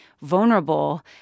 vulnerable